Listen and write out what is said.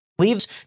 leaves